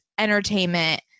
entertainment